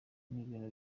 n’ibintu